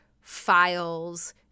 files